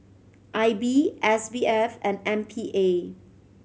I B S B F and M P A